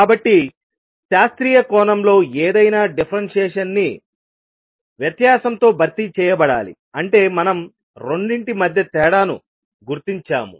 కాబట్టి శాస్త్రీయ కోణంలో ఏదైనా డిఫరెన్షియేషన్ ని వ్యత్యాసంతో భర్తీ చేయబడాలి అంటే మనం రెండింటి మధ్య తేడాను గుర్తించాము